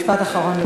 משפט אחרון.